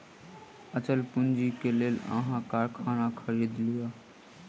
अचल पूंजी के लेल अहाँ कारखाना खरीद लिअ